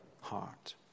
heart